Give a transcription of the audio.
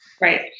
Right